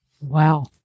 Wow